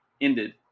ended